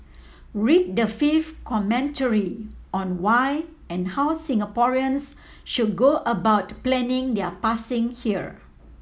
read the fifth commentary on why and how Singaporeans should go about planning their passing here